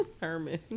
Herman